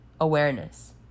awareness